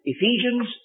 Ephesians